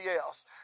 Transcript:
else